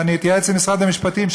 אני אתייעץ עם משרד המשפטים,